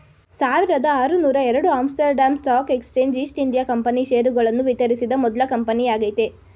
ಸಾವಿರದಆರುನೂರುಎರಡು Amsterdam stock exchange East India company ಷೇರುಗಳನ್ನು ವಿತರಿಸಿದ ಮೊದ್ಲ ಕಂಪನಿಯಾಗೈತೆ